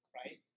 right